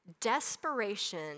Desperation